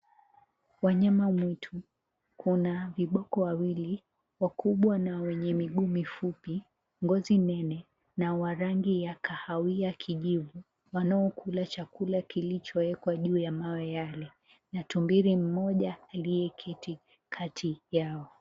Wanyama mwitu. Kuna viboko wawili, wakubwa na wenye miguu mifupi, ngozi nene na wa rangi ya kahawia kijivu, wanaokula chakula kilichowekwa juu ya mawe yale na tumbili mmoja aliyeketi kati yao.